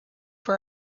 for